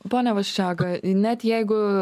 pone vaščega net jeigu